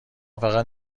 فقط